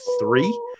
three